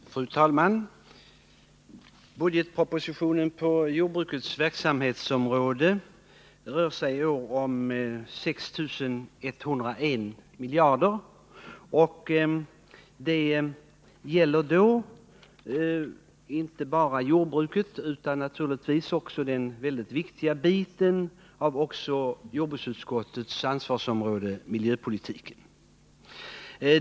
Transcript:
Nr 110 Fru talman! Budgetpropositionen omfattar på jordbrukets verksamhetsområde 6 101 milj.kr. Det gäller då inte bara jordbruket utan naturligtvis också den väldigt viktiga bit av jordbruksutskottets ansvarsområde som rör miljöpolitiken.